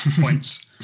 points